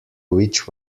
which